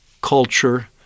culture